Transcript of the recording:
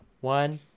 one